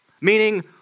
Meaning